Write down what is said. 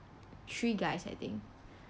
three guys I think